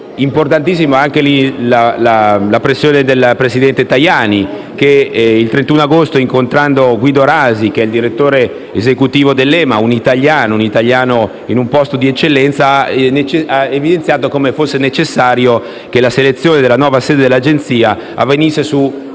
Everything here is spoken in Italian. pressione del presidente del Parlamento europeo Tajani che il 31 agosto, incontrando Guido Rasi, il direttore esecutivo dell'EMA (un italiano in un posto di eccellenza) ha evidenziato come fosse necessario che la selezione della nuova sede dell'agenzia avvenisse in